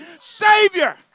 Savior